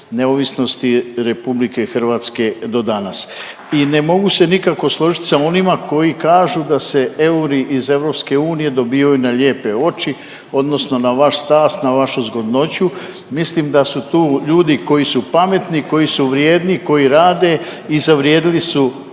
neovisnost RH do danas. I ne mogu se nikako složiti sa onima koji kažu da se euri iz Europske unije dobivaju na lijepe oči odnosno na vaš stas na vašu zgodnoću. Mislim da su tu ljudi koji su pametni, koji su vrijedni, koji rade i zavrijedili su